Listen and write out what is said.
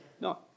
no